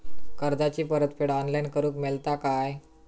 कर्जाची परत फेड ऑनलाइन करूक मेलता काय?